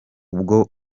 ubwo